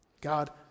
God